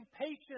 patience